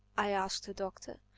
i asked the doctor.